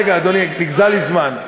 רגע, אדוני, נגזל לי זמן.